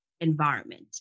environment